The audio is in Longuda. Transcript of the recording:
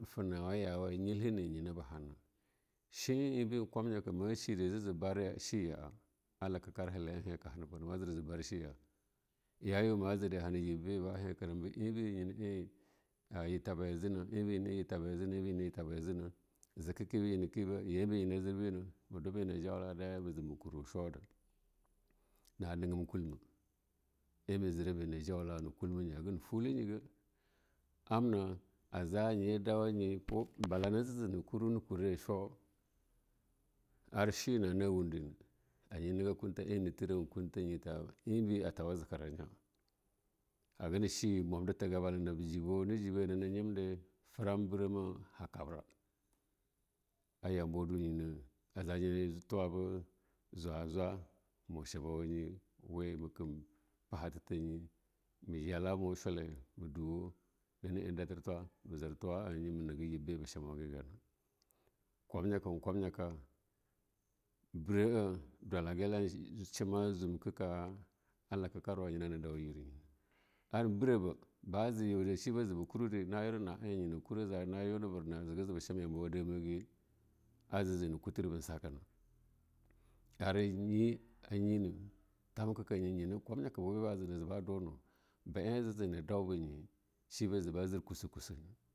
Feawa nyiehane nye na ba hanna, she'a ebi in kwabnyaka ma shire a lakarkar kwanwa hele hahe bana, ma shire jija bar she ya'a a lakakar he ya he ba hana ma jire jizu bar she ya'a ya yu ma jine, yib na hetir ba ya yu, ma jire hana yibbe ba hefir am be ebi nyana en yir tabai a jina ebi mena en yirtabai jina, zika kebe nyi na keba-zika kebe nyina keba ebi nyana-eba nyima eba zikakebi nyina jirbina kebe nyina jirbina ma jo chude na negab kulma zika kebi nyina jirbina ma dwa bene jauka'a daiya da ma jo chude na negam kulma, eh me jira bene jaula'a wa kuimanye haga na fula iyega, amna a za anyi dawanye bala ne je neje na kurwo chu, ar shima na windena a jine niga kunta en ni thera na kulma nye balana be ba jibone jiba edi nye nabdena ar yambawa dun dunyena a zaba anye tuwa bo jwa-jwa mu shebawa nyi weme kem tuwa nye me kan pahatanyi tanye ma yala mu shule mu du we na eh a dafir twa'a ma jir tuwa a anyi be ba shange tuwa gana, kwanyaka-kwanyaka ba shemge gana kwamyaka-kwamyaka bira a dwakangele an shema jumkaka a hakarkar wa yina hana dau yibinyi na haga nab duringana, ar biraba ba jiyu de shebe baje ba karrwude na yuna na be jege juba sham yambawa damage ajeja na kutir ba na sakana. Ar nyi nyi nu tamka kayi be-e aja jana daube nyi mu ba she ba ba jir kuso-kusa na.